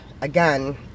again